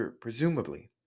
presumably